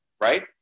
right